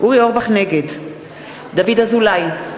נגד דוד אזולאי,